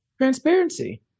Transparency